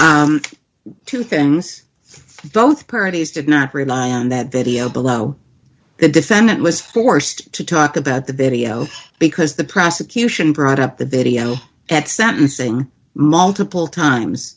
yes two things both parties did not rely on that video below the defendant was forced to talk about the video because the prosecution brought up the video at sentencing multiple times